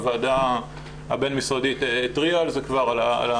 הוועדה הבין-משרדית התריעה על זה כבר.